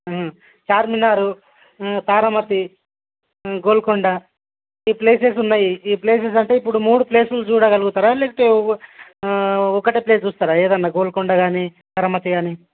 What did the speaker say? చార్మినార్ తారా మసీద్ గోల్కొండ ఈ ప్లేసెస్ ఉన్నాయి ఈ ప్లేసెస్ అంటే ఇప్పుడు మూడు ప్లేసులు చూడగలుగుతారా లేకపోతే ఒకటే ప్లేస్ చూస్తారా ఏదైనా గోల్కొండ కానీ తారా మసీద్ కానీ